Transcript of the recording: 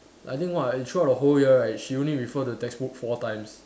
I think what throughout the whole year right she only refer the textbook four times